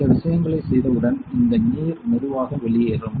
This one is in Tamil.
இந்த விஷயங்களைச் செய்தவுடன் இந்த நீர் மெதுவாக வெளியேறும்